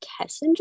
Kessinger